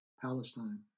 Palestine